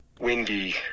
windy